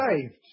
saved